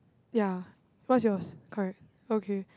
ya what's yours correct okay